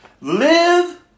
Live